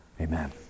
Amen